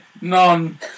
None